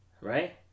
right